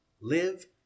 live